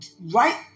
right